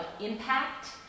impact